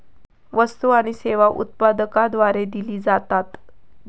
वस्तु आणि सेवा उत्पादकाद्वारे दिले जातत